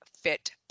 fit